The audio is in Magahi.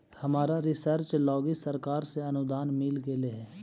हमरा रिसर्च लागी सरकार से अनुदान मिल गेलई हे